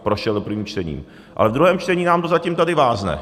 Prošel prvním čtením, ale v druhém čtení nám to zatím tady vázne.